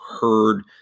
heard